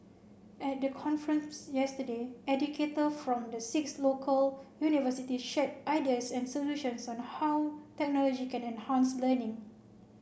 at the conference yesterday educator from the six local university shared ideas and solutions on how technology can enhance learning